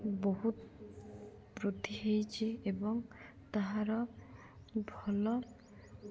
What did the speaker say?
ବହୁତ ବୃଦ୍ଧି ହେଇଛି ଏବଂ ତାହାର ଭଲ